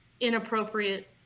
inappropriate